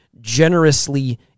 generously